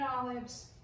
olives